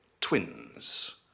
twins